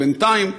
בינתיים,